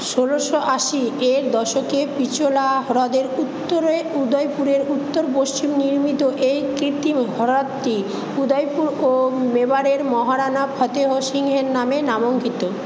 ষোলশো আশি এর দশকে পিচোলা হ্রদের উত্তরে উদয়পুরের উত্তর পশ্চিম নির্মিত এই কৃত্রিম হ্রদটি উদয়পুর ও মেবারের মহারানা ফতেহ সিংহের নামে নামাঙ্কিত